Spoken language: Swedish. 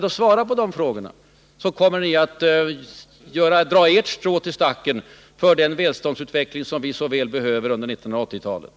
Om ni svarar på de frågorna kommer ni att dra ert strå till stacken för den välståndsutveckling som vi så väl behöver under 1980-talet.